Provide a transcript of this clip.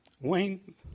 Wayne